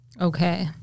okay